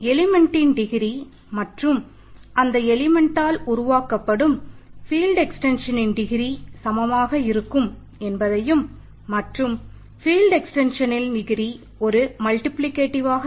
எலிமெணட்டின் இருக்கும் என்பதையும் நிரூபித்தோம்